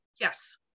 Yes